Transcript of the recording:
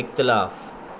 इख़्तिलाफ़ु